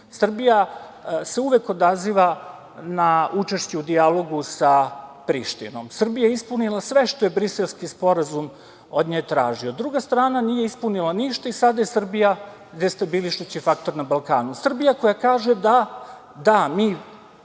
Srbija se uvek odaziva na učešće u dijalogu sa Prištinom. Srbija je ispunila sve što je Briselski sporazum od nje tražio. Druga strana nije ispunila ništa i sada je Srbija destabilišući faktor na Balkanu. Srbija koja kaže – da, mi